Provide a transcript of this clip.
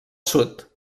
sud